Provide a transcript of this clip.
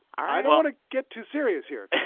i don't want to get too serious here.